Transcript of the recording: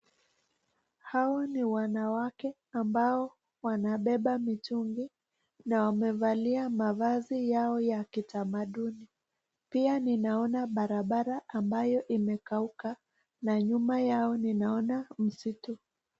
Hawa ni wanawake ambao wanabeba mitungi na wamevalia mavazi yao ya kitamanduni. Pia ninaona barabara ambayo imekauka na nyuma yao ninaona msitu.